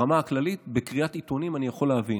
ברמה הכללית, בקריאת עיתונים, אני יכול להבין.